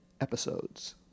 episodes